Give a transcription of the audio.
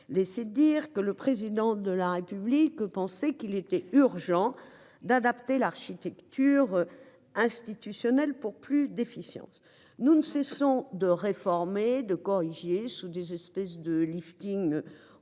laissé dire que le président de la République que penser qu'il était urgent d'adapter l'architecture. Institutionnelle pour plus d'efficience. Nous ne cessons de réformer de corriger sous des espèces de lifting